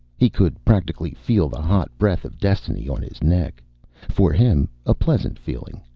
he could practically feel the hot breath of destiny on his neck for him a pleasant feeling.